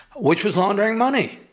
which was laundering money.